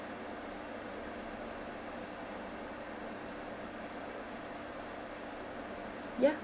ya